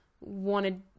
wanted